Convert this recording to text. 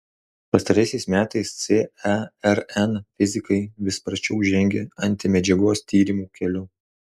pastaraisiais metais cern fizikai vis sparčiau žengia antimedžiagos tyrimų keliu